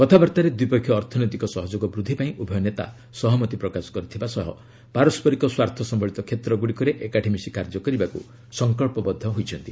କଥାବାର୍ତ୍ତାରେ ଦ୍ୱିପକ୍ଷିୟ ଅର୍ଥନୈତିକ ସହଯୋଗ ବୃଦ୍ଧି ପାଇଁ ଉଭୟ ନେତା ସହମତି ପ୍ରକାଶ କରିଥିବା ସହ ପାରସ୍କରିକ ସ୍ୱାର୍ଥ ସମ୍ବଳିତ କ୍ଷେତ୍ରଗୁଡ଼ିକରେ ଏକାଠି ମିଶି କାର୍ଯ୍ୟ କରିବାକୁ ସଂକଳ୍ପବଦ୍ଧ ହୋଇଛନ୍ତି